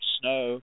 Snow